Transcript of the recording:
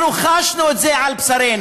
אנחנו חשנו את זה על בשרנו.